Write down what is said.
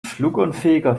flugunfähiger